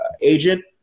agent